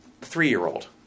Three-year-old